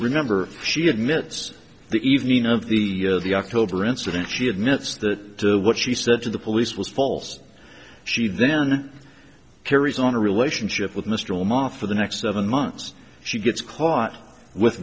remember she admits the evening of the the october incident she admits that what she said to the police was false she then carries on a relationship with mr omar for the next seven months she gets caught with